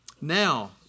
now